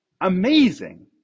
amazing